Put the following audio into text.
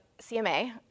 CMA